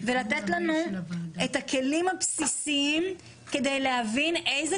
ולתת לנו את הכלים הבסיסיים כדי להבין איזה